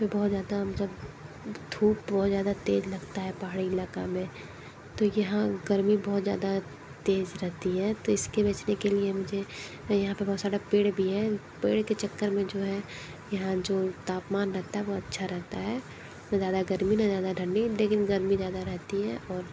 पर बहुत ज़्यादा मतलब धूप बहुत ज़्यादा तेज़ लगता है पहाड़ी इलाका में तो यहाँ गर्मी बहुत ज़्यादा तेज़ रहती है तो इसके बचने के लिए मुझे यहाँ पर बहुत सारा पेड़ भी है पेड़ के चक्कर में जो है यहाँ जो तापमान रहता है वह अच्छा रहता है न ज़्यादा गर्मी न ज़्यादा ठंडी लेकिन गर्मी ज़्यादा रहती है और